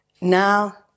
Now